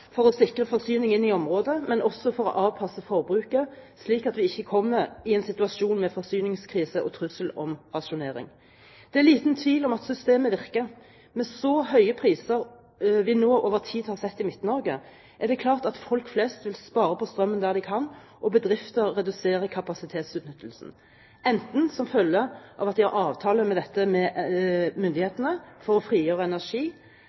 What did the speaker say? for å sikre forsyningen i området og for å avpasse forbruket, slik at vi ikke kommer i en situasjon med forsyningskrise og trussel om rasjonering. Det er liten tvil om at systemet virker. Med så høye priser vi over tid har sett i Midt-Norge, er det klart at folk flest vil spare på strømmen der de kan. Bedrifter reduserer kapasitetsutnyttelsen, enten som følge av at de har avtale med myndighetene om dette for å frigjøre energi,